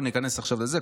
לא ניכנס עכשיו לזה,